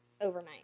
overnight